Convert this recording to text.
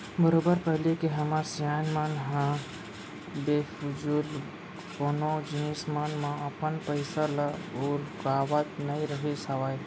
बरोबर पहिली के हमर सियान मन ह बेफिजूल कोनो जिनिस मन म अपन पइसा ल उरकावत नइ रहिस हावय